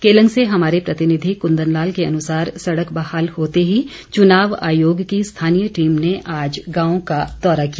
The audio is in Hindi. केलंग से हमारे प्रतिनिधि कृंदन लाल के अनुसार सड़क बहाल होते ही चुनाव आयोग की स्थानीय टीम ने आज गांव का दौरा किया